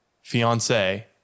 fiance